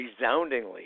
resoundingly